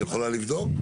את יכולה לבדוק?